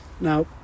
Now